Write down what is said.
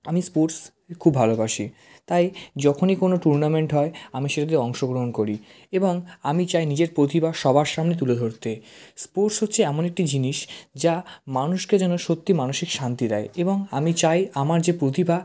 আমি স্পোর্টস খুব ভালোবাসি তাই যখনই কোনো টুর্নামেন্ট হয় আমি সেটাতে অংশগ্রহণ করি এবং আমি চাই নিজের প্রতিভা সবার সামনে তুলে ধরতে স্পোর্টস হচ্ছে এমন একটি জিনিস যা মানুষকে যেন সত্যি মানসিক শান্তি দেয় এবং আমি চাই আমার যে প্রতিভা